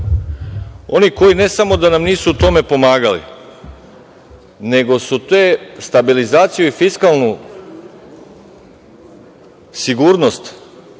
oni koji ne samo da nam nisu u tome pomagali, nego su stabilizaciju i fiskalnu sigurnost